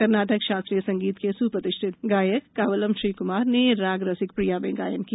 कर्नाटक शास्त्रीय संगीत के सुप्रतिष्ठित गायक कावालम श्रीकुमार ने राग रसिक प्रिया में गायन किया